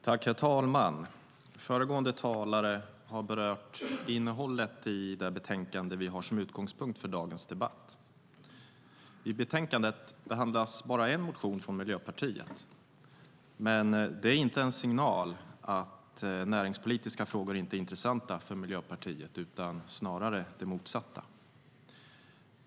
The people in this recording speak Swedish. Herr talman! Föregående talare har berört innehållet i det betänkande vi har som utgångspunkt för dagens debatt. I betänkandet behandlas bara en motion från Miljöpartiet, men det är inte en signal om att näringspolitiska frågor inte är intressanta för Miljöpartiet, utan snarare det motsatta.